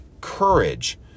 courage